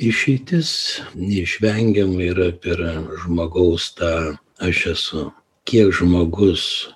išeitis neišvengiamai yra per žmogaus tą aš esu kiek žmogus